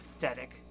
Pathetic